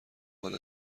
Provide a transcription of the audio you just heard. حالا